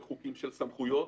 של חוקים ושל סמכויות,